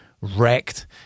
wrecked